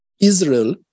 Israel